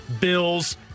Bills